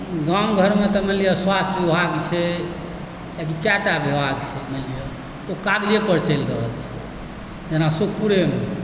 गाम घरमे तऽ मानि लिअ स्वास्थ्य विभाग छै कएक टा विभाग छै मानि लिअ ओ कागजे पर चलि रहल छै जेना सुखपुरेमे